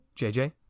jj